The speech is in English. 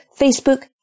Facebook